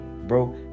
bro